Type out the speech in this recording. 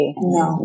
no